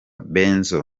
benzo